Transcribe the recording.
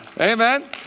Amen